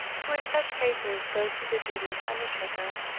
who in such cases goes through the duty of the undertaker,